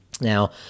Now